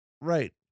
Right